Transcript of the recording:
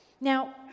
Now